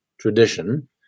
tradition